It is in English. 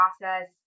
process